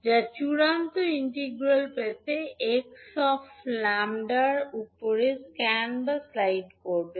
যা চূড়ান্ত ইন্টিগ্রাল পেতে 𝑥 𝜆 এর উপরে স্ক্যান বা স্লাইড করবে